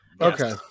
Okay